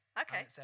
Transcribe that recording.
Okay